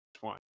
One